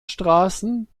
straßen